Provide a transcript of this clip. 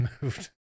moved